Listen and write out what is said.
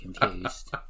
confused